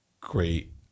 great